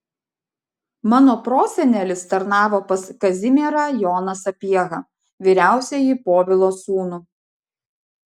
mano prosenelis tarnavo pas kazimierą joną sapiehą vyriausiąjį povilo sūnų